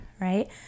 right